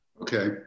Okay